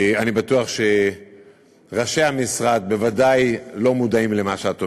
אני בטוח שראשי המשרד לא מודעים למה שאת אומרת.